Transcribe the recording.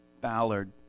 Ballard